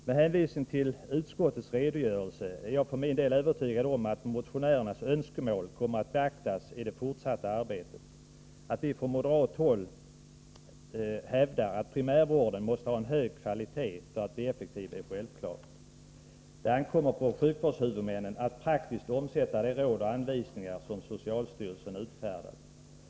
Med hänvisning till utskottets redogörelse är jag för min del övertygad om Utbyggnad av vissa att motionärernas ötskomt FOmmen att beaktasi det Sörtsaeta Srbster Att 5 medicitka verk. från moderat håll hävdar att primärvården mäste ha hög kvalitet för att bli samhetsområden, effektiv är självklart. Det ankommer på sjukvårdshuvudmännen att prak =; m tiskt omsätta de råd och anvisningar som socialstyrelsen utfärdar.